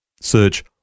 Search